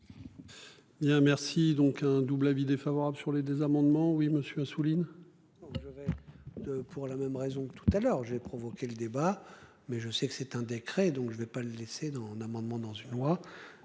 merci donc un double avis défavorable sur les deux amendements. Oui monsieur Assouline. Pour la même raison que tout à l'heure j'ai provoqué le débat mais je sais que c'est un décret donc je vais pas le laisser dans un amendement dans une loi.